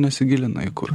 nesigilina į kur